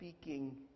speaking